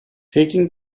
taking